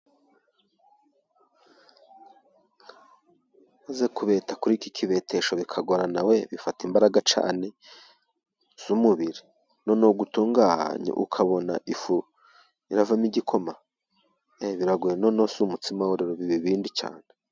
Maze kubeta kuri iki kibetesho bikagorana we! Bifata imbaraga cyane z'umubiri, noneho gutunga, ukabona ifu iravamo igikoma! Noneho si umutsima wo rero biba ibindi cyane.